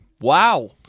Wow